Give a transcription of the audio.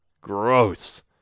Gross